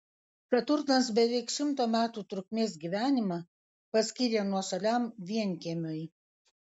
saturnas beveik šimto metų trukmės gyvenimą paskyrė nuošaliam vienkiemiui